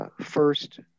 first